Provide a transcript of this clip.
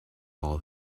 all